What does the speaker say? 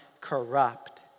corrupt